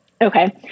Okay